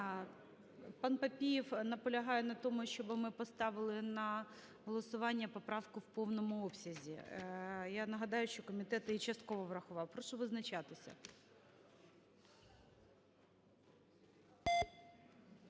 ПанПапієв наполягає на тому, щоби ми поставили на голосування поправку в повному обсязі. Я нагадаю, що комітет її частково врахував. Прошу визначатися.